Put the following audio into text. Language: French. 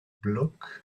bloch